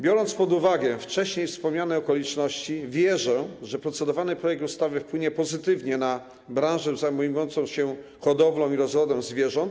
Biorąc pod uwagę wcześniej wspomniane okoliczności, wierzę, że procedowany projekt ustawy wpłynie pozytywnie na branżę zajmującą się hodowlą i rozrodem zwierząt.